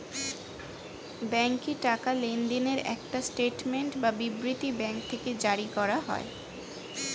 ব্যাংকে টাকা লেনদেনের একটা স্টেটমেন্ট বা বিবৃতি ব্যাঙ্ক থেকে জারি করা হয়